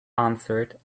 answered